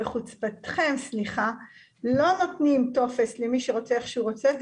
בחוצפתכם לא נותנים טופס למי שרוצה ואיך שהוא רוצה,